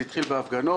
זה התחיל בהפגנות.